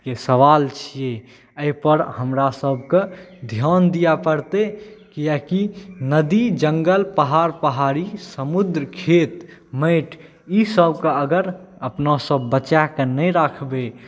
के सवाल छिए एहिपर हमरासबके धिआन दिअ पड़तै कियाकि नदी जंगल पहाड़ पहाड़ी समुद्र खेत माटि ईसबके अगर अपना सब बचाकऽ नहि राखबै